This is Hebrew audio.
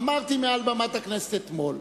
אמרתי מעל במת הכנסת אתמול,